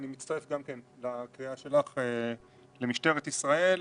אני מצטרף גם כן לקריאה שלך למשטרת ישראל.